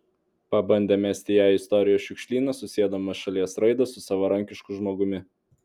pabandė mesti ją į istorijos šiukšlyną susiedamas šalies raidą su savarankišku žmogumi